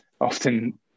often